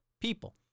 people